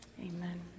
amen